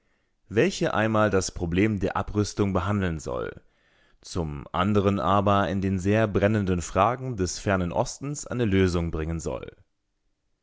welche einmal das problem der abrüstung behandeln soll zum anderen aber in den sehr brennenden fragen des fernen ostens eine lösung bringen soll